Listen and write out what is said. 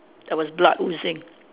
there was blood oozing